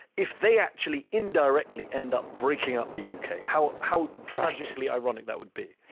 if they actually indirectly end up breaking up the u. k. how how tragically ironic that would be.